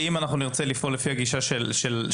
אם נרצה לפעול לפי הגישה שלכם,